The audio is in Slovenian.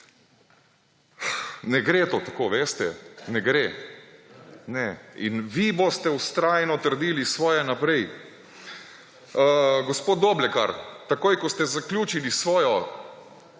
Ne gre to tako, veste, ne gre. Ne. In vi boste vztrajno trdili svoje naprej. Gospod Doblekar, takoj ko ste zaključili svojo